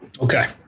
Okay